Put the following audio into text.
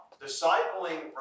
discipling